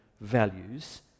values